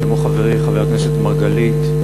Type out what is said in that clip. כמו חברי חבר הכנסת מרגלית,